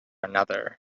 another